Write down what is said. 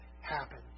happen